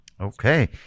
okay